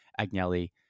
Agnelli